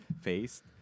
face